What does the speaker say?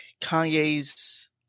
kanye's